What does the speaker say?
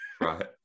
Right